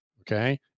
okay